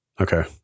Okay